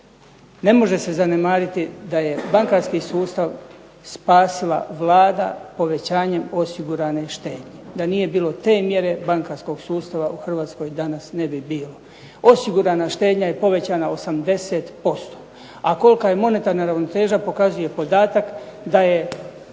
ne može se zanemariti da je bankarski sustav spasila Vlada povećanjem osigurane štednje. Da nije bilo te mjere bankarskog sustava u Hrvatskoj danas ne bi bilo. Osigurana štednja je povećana 80%, a kolika je monetarna ravnoteža pokazuje podatak da je